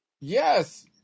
Yes